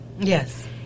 Yes